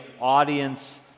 audience